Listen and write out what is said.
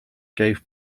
gave